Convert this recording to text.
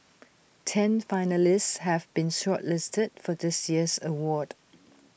ten finalists have been shortlisted for this year's award